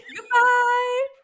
Goodbye